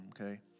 Okay